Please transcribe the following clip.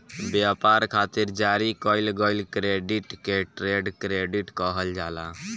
ब्यपार खातिर जारी कईल गईल क्रेडिट के ट्रेड क्रेडिट कहल जाला